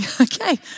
Okay